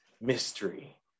Mystery